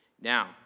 Now